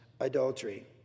adultery